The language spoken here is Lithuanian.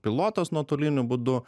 pilotas nuotoliniu būdu